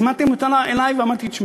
הזמנתי אותם אלי ואמרתי: תשמעו,